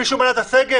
מישהו מנע את הסגר?